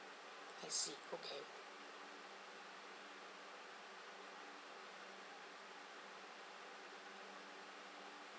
I see okay